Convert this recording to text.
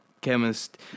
Chemist